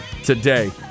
today